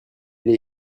les